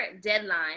deadline